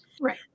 Right